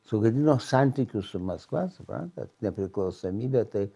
sugadino santykius su maskva suprantat nepriklausomybė tai